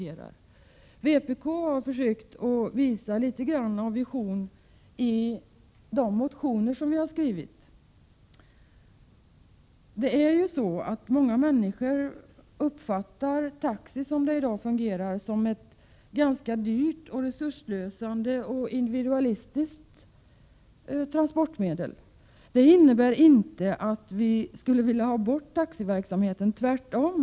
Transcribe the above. Vi i vpk har försökt att ge prov på sådana visioner i de motioner som vi har skrivit. Många människor uppfattar taxi, som verksamheten i dag fungerar, som ett ganska dyrt, resursslösande och individualistiskt transportmedel. Vi skulle dock inte vilja få bort taxiverksamheten — tvärtom.